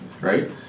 right